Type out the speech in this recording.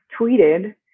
tweeted